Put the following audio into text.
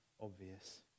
obvious